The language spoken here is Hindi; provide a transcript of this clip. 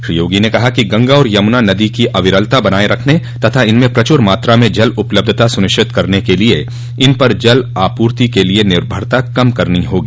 श्री योगी ने कहा कि गंगा और यमुना नदी की अविरलता बनाये रखने तथा इनमें प्रच्रर मात्रा में जल उपलब्धता सुनिश्चित करने के लिए इन पर जल आपूर्ति के लिए निर्भरता कम करनी होगी